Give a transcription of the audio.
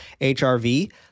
HRV